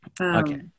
okay